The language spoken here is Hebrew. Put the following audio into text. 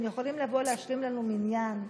הם יכולים לבוא להשלים לנו מניין.